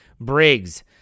Briggs